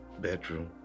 bedroom